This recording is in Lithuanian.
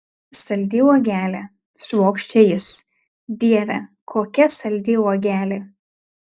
saldi uogelė švokščia jis dieve kokia saldi uogelė